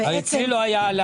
אצלי לא הייתה העלאת ריבית.